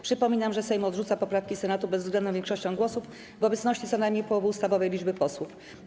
Przypominam, że Sejm odrzuca poprawki Senatu bezwzględną większością głosów w obecności co najmniej połowy ustawowej liczby posłów.